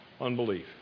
Unbelief